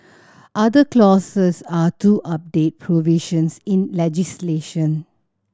other clauses are to update provisions in legislation